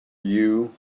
you